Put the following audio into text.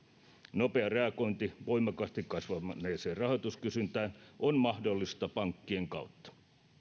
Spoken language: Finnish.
nopea reagointi voimakkaasti kasvaneeseen rahoituskysyntään on mahdollista pankkien kautta